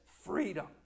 freedom